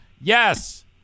Yes